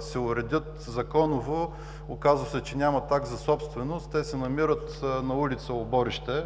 се уредят законово. Оказа се, че нямат акт за собственост, те се намират на ул. „Оборище“.